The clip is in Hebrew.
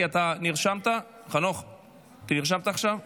אם נרשמת אז אתה צריך,